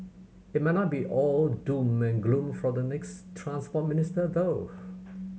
it might not be all doom and gloom for the next Transport Minister though